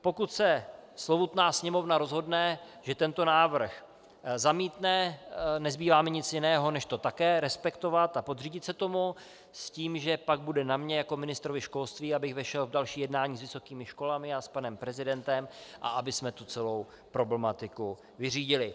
Pokud se slovutná Sněmovna rozhodne, že tento návrh zamítne, nezbývá mi nic jiného, než to také respektovat a podřídit se tomu s tím, že pak bude na mně jako ministrovi školství, abych vešel v další jednání s vysokými školami a s panem prezidentem a abychom celou problematiku vyřídili.